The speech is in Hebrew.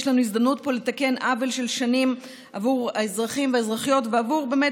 יש לנו פה הזדמנות לתקן עוול של שנים עבור האזרחים והאזרחיות ובאמת